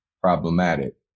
problematic